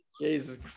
jesus